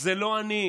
זה לא אני.